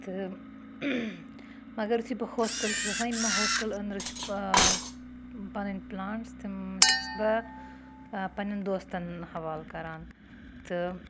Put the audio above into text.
تہٕ مگر یُتھُے بہٕ ہوسٹَل چھَس آسان یِم مےٚ مےٚ ہوسٹَل أنٛدرٕ چھِ پَنٕنۍ پٕلانٛٹٕس تِم چھَس بہٕ پنٛںٮ۪ن دوستَن حوالہٕ کَران تہٕ